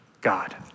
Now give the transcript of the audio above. God